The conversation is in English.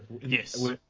Yes